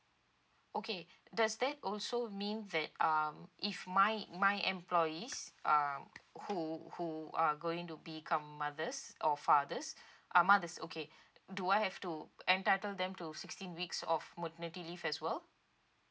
okay does that also mean that um if my my employees uh who who are going to become mothers or fathers ah mothers okay do I have to entitle them to sixteen weeks of maternity leave as well